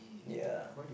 ya